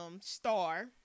Star